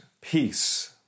peace